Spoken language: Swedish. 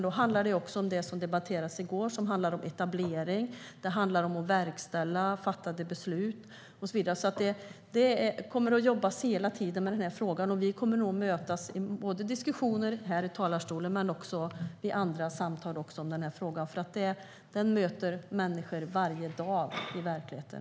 Då handlar det även om det som debatterades i går, det vill säga etablering, att verkställa fattade beslut och så vidare. Det kommer att jobbas med den här frågan hela tiden, och vi kommer nog att mötas både i diskussioner här i talarstolen och också i andra samtal, för den här frågan möter människor varje dag i verkligheten.